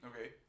Okay